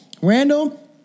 randall